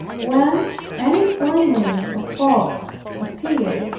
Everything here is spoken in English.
when any glimmering of hope appeared,